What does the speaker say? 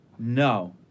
No